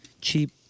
cheap